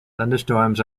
thunderstorms